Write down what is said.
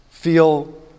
Feel